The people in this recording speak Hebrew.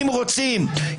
שאם רוצים,